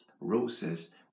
roses